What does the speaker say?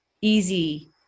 easy